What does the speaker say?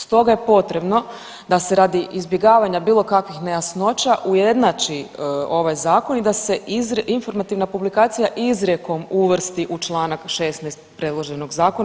Stoga je potrebno da se radi izbjegavanja bilo kakvih nejasnoća ujednači ovaj zakon i da se informativna publikacija izrijekom uvrsti u čl. 16. predloženog zakona.